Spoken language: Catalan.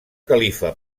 califa